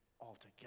altogether